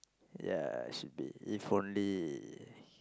ya should be if only